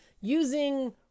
using